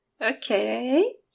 Okay